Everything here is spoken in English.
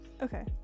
okay